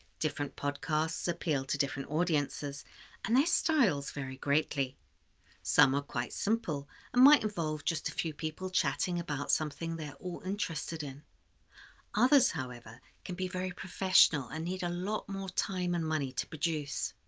different podcasts appeal to different audiences and their styles vary greatly some are quite simple and might involve just a few people chatting about something they're all interested in others however, can be very professional and need a lot more time and money to produce.